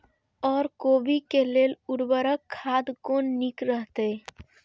ओर कोबी के लेल उर्वरक खाद कोन नीक रहैत?